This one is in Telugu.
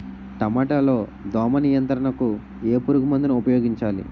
టమాటా లో దోమ నియంత్రణకు ఏ పురుగుమందును ఉపయోగించాలి?